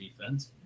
defense